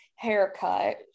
haircut